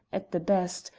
at the best,